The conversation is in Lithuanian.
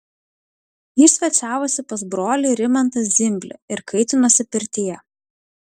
jis svečiavosi pas brolį rimantą zimblį ir kaitinosi pirtyje